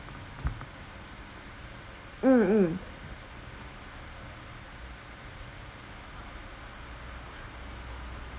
mmhmm